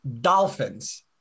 Dolphins